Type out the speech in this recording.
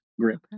grip